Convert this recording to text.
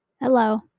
Hello